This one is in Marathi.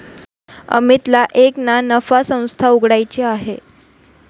अमितला एक ना नफा संस्था उघड्याची आहे